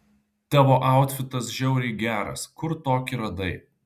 tavo autfitas žiauriai geras kur tokį radai